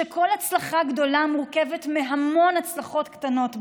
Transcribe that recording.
ושכל הצלחה גדולה מורכבת מהרבה הצלחות קטנות בדרך.